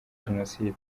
jenoside